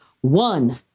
one